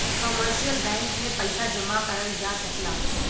commercial bank में पइसा जमा करल जा सकला